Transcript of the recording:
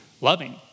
loving